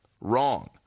Wrong